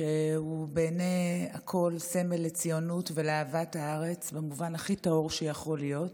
שבעיני הכול הוא סמל לציונות ולאהבת הארץ במובן הכי טהור שיכול להיות.